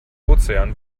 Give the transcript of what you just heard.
ozean